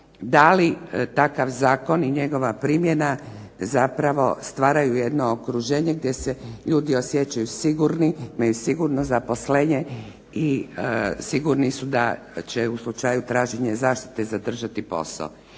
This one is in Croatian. da li takav zakon i njegova primjena stvaraju jedno okruženje gdje se ljudi osjećaju sigurni, imaju sigurno zaposlenje i sigurni su da će u slučaju traženja zaštite zadržati posao.